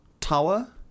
tower